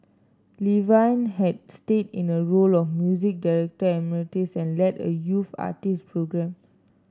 Levine had stayed in a role of music director emeritus and led a youth artist program